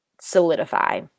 solidify